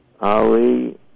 Ali